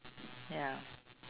ya